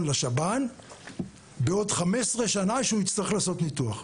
לשב"ן בעוד 15 שנה כשהוא יצטרך לעשות ניתוח.